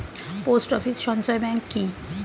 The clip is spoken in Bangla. পোস্ট অফিস সঞ্চয় ব্যাংক কি?